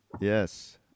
Yes